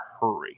hurry